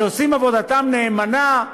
שעושים עבודתם נאמנה.